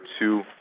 two